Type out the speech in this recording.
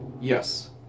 Yes